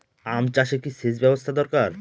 আম চাষে কি সেচ ব্যবস্থা দরকার?